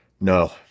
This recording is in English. no